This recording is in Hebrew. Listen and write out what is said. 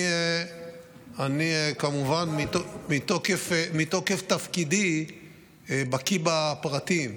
כמובן, מתוקף תפקידי אני בקי בפרטים.